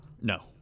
No